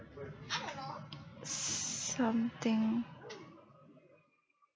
something